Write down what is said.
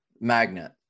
magnet